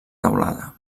teulada